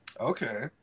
Okay